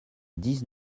dix